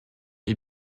est